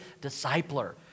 discipler